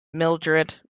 mildrid